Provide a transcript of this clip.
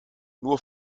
nur